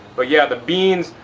but yeah, the beans,